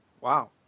Wow